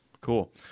Cool